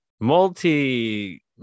multi